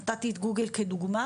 אני נתתי את גוגל כדוגמה,